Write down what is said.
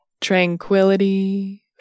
tranquility